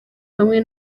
hamwe